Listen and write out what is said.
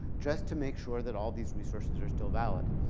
just to make sure that all these resources are still valid.